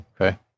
Okay